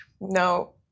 no